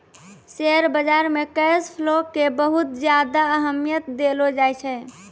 share बाजार मे cash flow के बहुत ज्यादा अहमियत देलो जाए छै